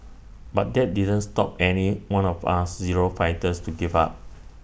but that didn't stop any one of us zero fighters to give up